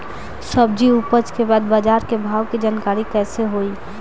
सब्जी उपज के बाद बाजार के भाव के जानकारी कैसे होई?